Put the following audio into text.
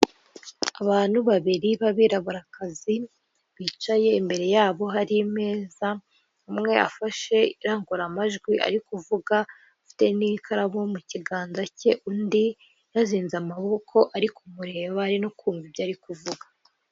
Abantu babiri b'abiraburaka bicaye imbere yabo hari imeza umwe afashe irangururamajwi ari kuvuga afite n'ikaramu mu kiganza cye undi yazinze amaboko ari kumureba ari no kumva ibyo ari kuvuga.